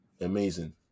amazing